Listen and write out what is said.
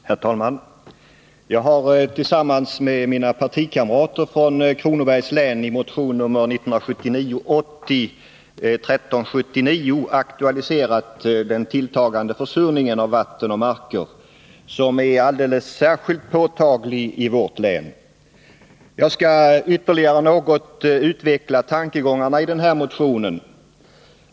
Herr talman! Jag har tillsammans med mina partikamrater från Kronobergs län i motion 1979/80:1379 aktualiserat den tilltagande försurningen av vatten och marker, som är alldeles särskilt påtaglig i vårt län. Jag skall ytterligare något utveckla tankegångarna i denna motion.